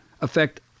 affect